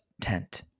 tent